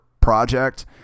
project